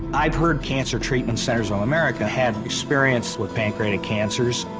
i've heard cancer treatment centers of america have experience with pancreatic cancers.